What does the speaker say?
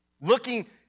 looking